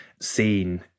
seen